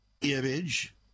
image